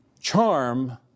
charm